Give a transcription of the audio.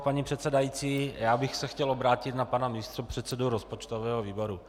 Paní předsedající, já bych se chtěl obrátit na pana místopředsedu rozpočtového výboru.